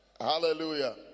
Hallelujah